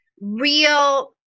real